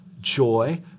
joy